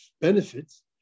benefits